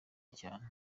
cyane